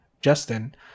Justin